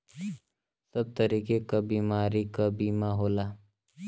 सब तरीके क बीमारी क बीमा होला